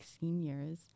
seniors